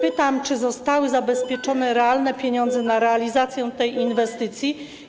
Pytam: Czy zostały zabezpieczone realne pieniądze na realizację tej inwestycji?